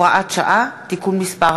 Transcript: הצעת חוק העונשין (תיקון,